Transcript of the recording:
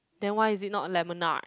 then why is it not lemonade